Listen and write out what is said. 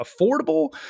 affordable